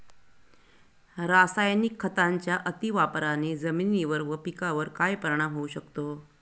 रासायनिक खतांच्या अतिवापराने जमिनीवर व पिकावर काय परिणाम होऊ शकतो?